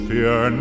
Fear